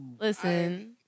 Listen